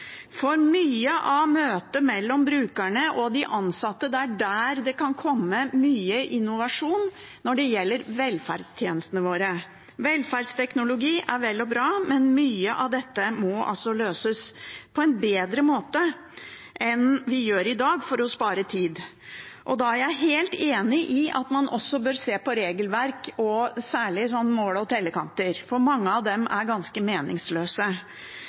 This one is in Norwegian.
For det er i møtet mellom brukerne og de ansatte det kan komme mye innovasjon når det gjelder velferdstjenestene våre. Velferdsteknologi er vel og bra, men mye av dette må løses på en bedre måte enn vi gjør i dag, for å spare tid. Da er jeg helt enig i at man også bør se på regelverk og særlig mål og tellekanter, for mange av dem er ganske meningsløse.